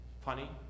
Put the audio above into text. Funny